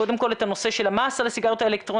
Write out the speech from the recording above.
קודם כל את הנושא של המס על הסיגריות האלקטרוניות.